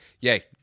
yay